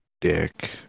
dick